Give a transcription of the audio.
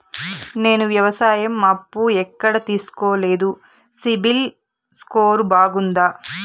నేను వ్యవసాయం అప్పు ఎక్కడ తీసుకోలేదు, సిబిల్ స్కోరు బాగుందా?